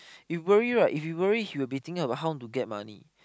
if he worry right if he worry he will be thinking about how to get money